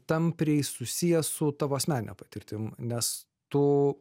tampriai susiję su tavo asmenine patirtim nes tu